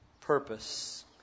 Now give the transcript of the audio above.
purpose